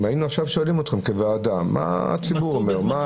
אם היינו שואלים אתכם, כוועדה, מה הציבור אומר.